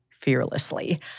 fearlessly